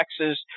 Texas